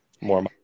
more